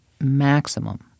maximum